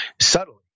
subtly